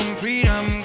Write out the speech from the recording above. freedom